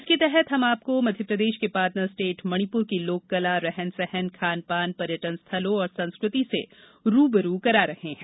इसके तहत हम आपको मध्यप्रदेश के पार्टनर स्टेट मणिपुर की लोककला रहन सहन खान पान पर्यटन स्थलों और संस्कृति से रू ब रू करा रहे हैं